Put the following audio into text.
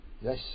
Yes